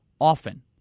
often